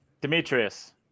Demetrius